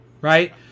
right